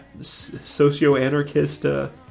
socio-anarchist